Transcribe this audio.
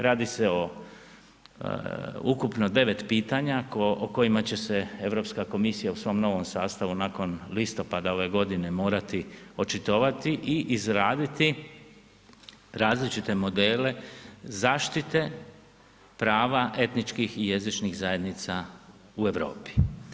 Radi se o ukupno 9 pitanja o kojima će se Europska komisija u svom novom sastavu nakon listopada ove godine morati očitovati i izraditi različite modele zaštite prava etničkih i jezičnih zajednica u Europi.